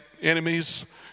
enemies